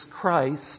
Christ